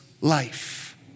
life